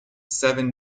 seven